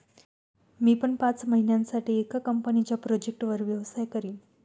मी पण पाच महिन्यासाठी एका कंपनीच्या प्रोजेक्टवर व्यवसाय करीन